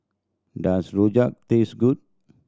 does rojak taste good